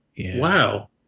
wow